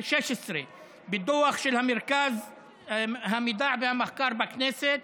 ב-2016 דוח של מרכז המחקר והמידע של הכנסת